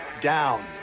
down